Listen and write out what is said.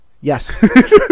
Yes